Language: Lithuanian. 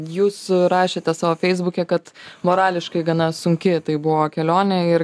jūs rašėte savo feisbuke kad morališkai gana sunki tai buvo kelionė ir